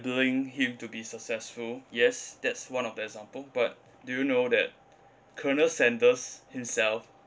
~nabling him to be successful yes that's one of the example but do you know that colonel sanders himself